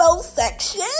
section